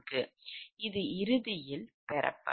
இது இறுதியில் பெறப்படும்